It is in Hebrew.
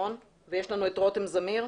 ויש לנו את רותם זמיר.